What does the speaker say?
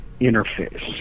interface